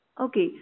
Okay